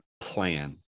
Plan